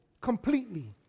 completely